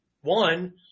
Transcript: one